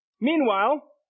Meanwhile